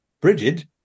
Bridget